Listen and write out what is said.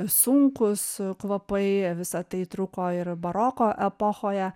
sunkūs kvapai visa tai truko ir baroko epochoje